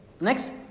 Next